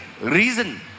Reason